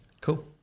Cool